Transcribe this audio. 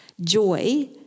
joy